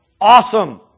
Awesome